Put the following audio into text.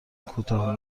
کوتاه